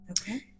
Okay